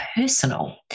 personal